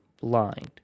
blind